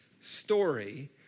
story